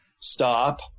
stop